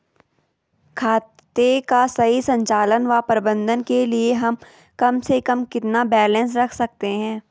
खाते का सही संचालन व प्रबंधन के लिए हम कम से कम कितना बैलेंस रख सकते हैं?